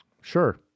sure